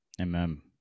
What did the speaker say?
amen